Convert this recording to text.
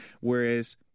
Whereas